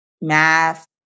math